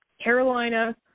Carolina